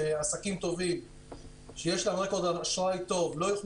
שעסקים טובים שיש להם רקורד אשראי טוב לא יוכלו